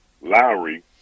Lowry